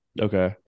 Okay